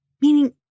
Meaning